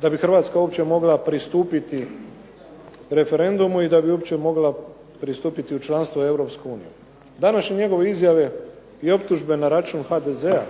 da bi Hrvatska mogla uopće pristupiti referendumu i da bi uopće mogla pristupiti u članstvo u Europskoj uniju. Današnje njegove izjave i optužbe na račun HDZ-a,